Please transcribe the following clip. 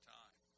time